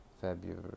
February